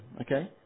okay